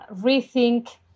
rethink